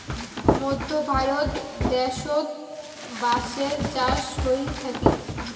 মধ্য ভারত দ্যাশোত বাঁশের চাষ হই থাকি